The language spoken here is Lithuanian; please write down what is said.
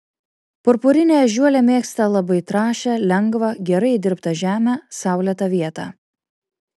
purpurinė ežiuolė mėgsta labai trąšią lengvą gerai įdirbtą žemę saulėtą vietą